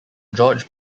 george